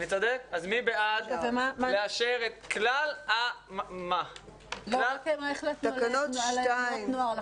מי בעד לאשר את כלל --- מה החלטנו לגבי תנועות נוער?